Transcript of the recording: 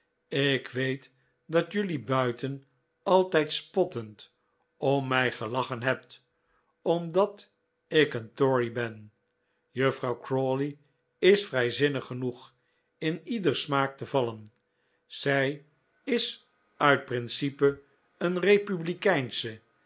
ik weet dat jelui buiten altijd spottend om mij gelachen hebt omdat ik een tory ben juffrouw crawley is vrijzinnig genoeg in ieders smaak te vallen zij is uit principe een republikeinsche